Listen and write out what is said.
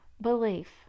belief